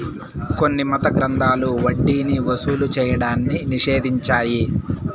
కొన్ని మత గ్రంథాలు వడ్డీని వసూలు చేయడాన్ని నిషేధించాయి